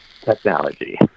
technology